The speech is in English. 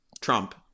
Trump